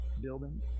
building